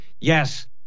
Yes